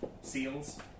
seals